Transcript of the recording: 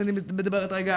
אם אני מדברת על --- לא,